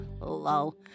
Lol